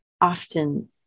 often